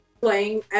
Playing